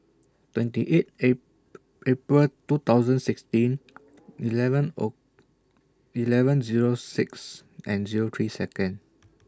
twenty eight Apr April two thousand sixteen eleven O eleven Zero six and Zero three Seconds